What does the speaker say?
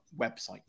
website